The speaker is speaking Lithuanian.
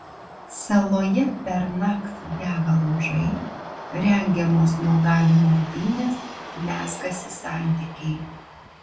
saloje pernakt dega laužai rengiamos nuogalių maudynės mezgasi santykiai